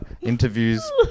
interviews